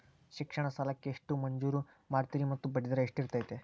ಶಿಕ್ಷಣ ಸಾಲಕ್ಕೆ ಎಷ್ಟು ಮಂಜೂರು ಮಾಡ್ತೇರಿ ಮತ್ತು ಬಡ್ಡಿದರ ಎಷ್ಟಿರ್ತೈತೆ?